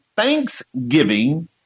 thanksgiving